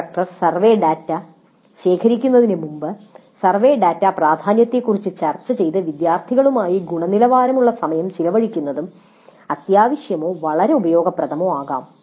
instructor survey data ശേഖരിക്കുന്നതിന് മുമ്പ് survey data പ്രാധാന്യത്തെക്കുറിച്ച് ചർച്ച ചെയ്ത് വിദ്യാർത്ഥികളുമായി ഗുണനിലവാരമുള്ള സമയം ചെലവഴിക്കുന്നതും അത്യാവശ്യമോ വളരെ ഉപയോഗപ്രദമോ ആകാം